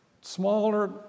smaller